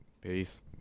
Peace